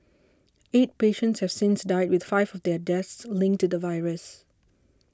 eight patients have since died with five of their deaths linked to the virus